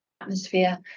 atmosphere